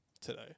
today